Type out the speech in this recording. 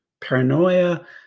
paranoia